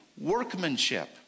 workmanship